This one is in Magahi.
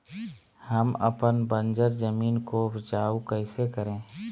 हम अपन बंजर जमीन को उपजाउ कैसे करे?